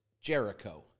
Jericho